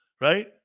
Right